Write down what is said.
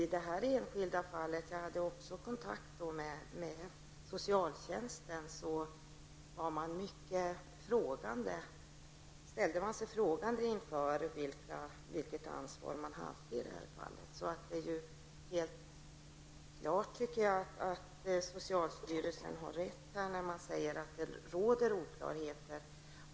I det här enskilda fallet hade jag också kontakt med socialtjänsten som ställde sig mycket frågande när det gällde vilket ansvar man hade. Därför tycker jag att det är helt klart att socialstyrelsen har rätt när den säger att det råder oklarhet.